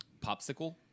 popsicle